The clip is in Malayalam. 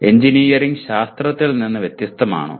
എഞ്ചിനീയറിംഗ് ശാസ്ത്രത്തിൽ നിന്ന് വ്യത്യസ്തമാണോ